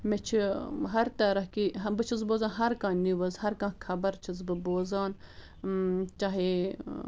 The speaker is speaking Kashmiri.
مےٚ چھِ ہر طرح کی بہٕ چھَس بوزان ہر کانٛہہ نِوٕز ہر کانٛہہ خبر چھَس بہٕ بوزان چاہے